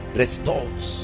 restores